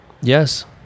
Yes